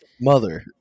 mother